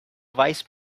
wise